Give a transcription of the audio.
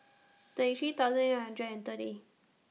thirty three thousand eight hundred and thirty